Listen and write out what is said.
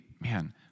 man